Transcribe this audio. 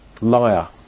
liar